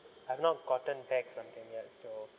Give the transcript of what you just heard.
I've not gotten back from them yet so